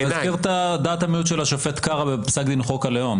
אני אזכיר את דעת המיעוט של השופט קרא בפסק דין חוק הלאום,